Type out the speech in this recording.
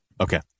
Okay